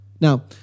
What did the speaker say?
Now